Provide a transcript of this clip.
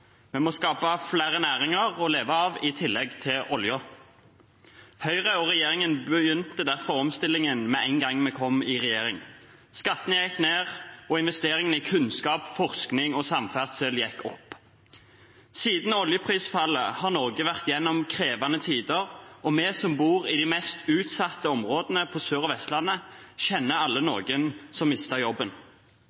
Vi må skape flere næringer å leve av i tillegg til oljen. Høyre og regjeringen begynte derfor omstillingen med en gang vi kom i regjering. Skattene gikk ned, og investeringene i kunnskap, forskning og samferdsel gikk opp. Siden oljeprisfallet har Norge vært gjennom krevende tider, og vi som bor i de mest utsatte områdene på Sør- og Vestlandet, kjenner alle